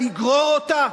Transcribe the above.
לגרור אותה.